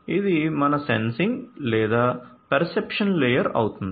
ఇది మన సెన్సింగ్ లేదా పర్సెప్షన్ లేయర్ అవుతుంది